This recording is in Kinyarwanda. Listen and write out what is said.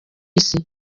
isi